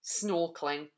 snorkeling